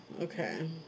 Okay